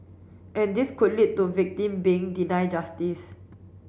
and this could lead to victim being deny justice